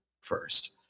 first